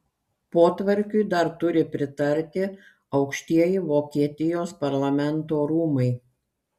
potvarkiui dar turi pritarti aukštieji vokietijos parlamento rūmai